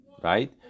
right